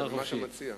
מה אתה מציע?